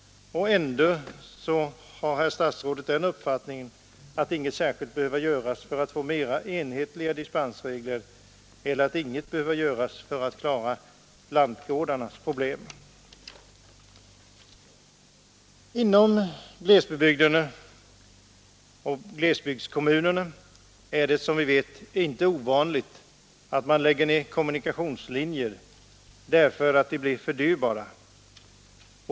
Ändå har herr statsrådet den uppfattningen att inget särskilt behöver göras för att få mera enhetliga dispensregler, att inget behöver göras för att klara lantgårdarnas problem. Inom glesbygdskom munerna är det, som vi vet, inte ovanligt att man lägger ned kommunikationslinjer därför att de blir för dyrbara.